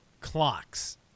clocks